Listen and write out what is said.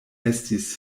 estis